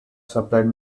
supplied